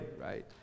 Right